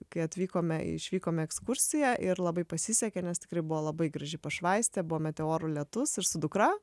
kai atvykome išvykom į ekskursiją ir labai pasisekė nes tikrai buvo labai graži pašvaistė buvo meteorų lietus ir su dukra